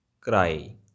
cry